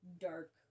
dark